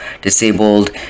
disabled